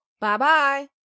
Bye-bye